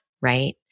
right